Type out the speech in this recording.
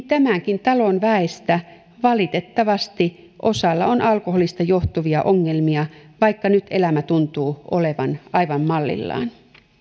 tämänkin talon väestä valitettavasti osalla on alkoholista johtuvia ongelmia vaikka nyt elämä tuntuu olevan aivan mallillaan